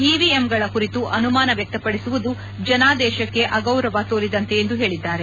EVM ಗಳ ಕುರಿತು ಅನುಮಾನ ವ್ಯಕ್ತಪಡಿಸುವುದು ಜನಾದೇಶಕ್ಕೆ ಅಗೌರವ ತೋರಿದಂತೆ ಎಂದು ಹೇಳಿದ್ದಾರೆ